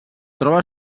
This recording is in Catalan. troba